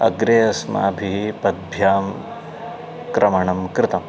अग्रे अस्माभिः पद्भ्यां क्रमणं कृतं